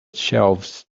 shelves